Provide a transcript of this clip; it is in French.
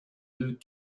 deux